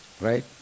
Right